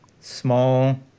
small